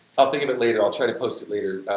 i'll think of it later, i'll try to post it later,